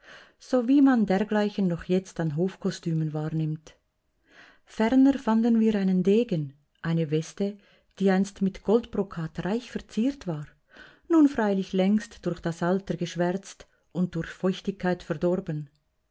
so wie man dergleichen noch jetzt an hofkostümen wahrnimmt ferner fanden wir einen degen eine weste die einst mit goldbrokat reich verziert war nun freilich längst durch das alter geschwärzt und durch feuchtigkeit verdorben